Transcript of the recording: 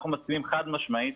אנחנו מסכימים חד משמעית